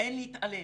אין להתעלם